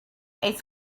ice